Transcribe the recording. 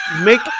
Make